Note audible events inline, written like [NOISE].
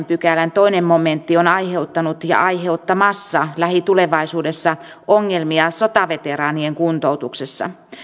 [UNINTELLIGIBLE] pykälän toinen momentti on aiheuttanut ja aiheuttamassa lähitulevaisuudessa ongelmia sotaveteraanien kuntoutuksessa